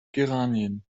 geranien